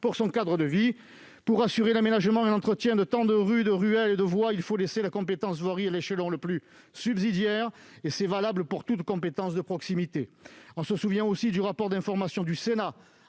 pour son cadre de vie. Pour assurer l'aménagement et l'entretien de tant de rues, de ruelles et de voies, il faut laisser la compétence voirie à l'échelon le plus subsidiaire. Et cela est valable pour toute compétence de proximité. On se souvient aussi du rapport d'information du Sénat